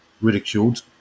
ridiculed